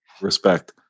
Respect